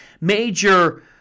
major